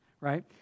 right